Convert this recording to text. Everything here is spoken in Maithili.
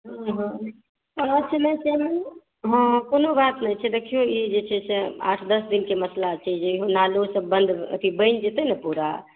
हँ हँ चलू हँ कोनो बात नहि छै देखियौ ई जे छै से आठ दश दिनकेँ मसला छै जे बन्द अथी बनि जेतै ने पूरा